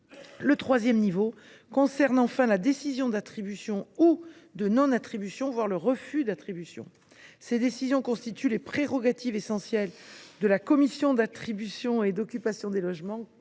Au troisième niveau est prise la décision d’attribution ou de non attribution, voire le refus d’attribution. Ces décisions constituent les prérogatives essentielles de la commission d’attribution et d’examen de l’occupation des logements,